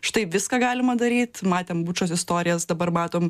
štai viską galima daryt matėm bučos istorijas dabar matom